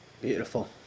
Beautiful